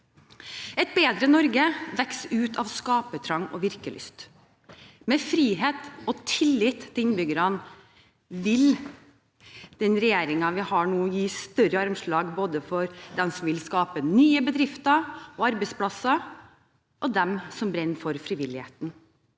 Et bedre Norge vokser ut av skapertrang og virkelyst. Med frihet og tillit til innbyggerne vil den regjeringen vi har nå, gi større armslag både for dem som vil skape nye bedrifter og arbeidsplasser, og dem som brenner for frivilligheten.